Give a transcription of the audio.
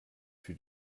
für